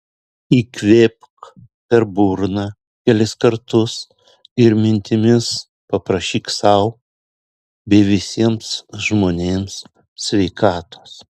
įkvėpk per burną kelis kartus ir mintimis paprašyk sau bei visiems žmonėms sveikatos